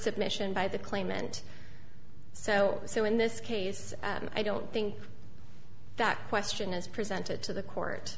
submission by the claimant so so in this case i don't think that question is presented to the court